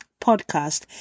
podcast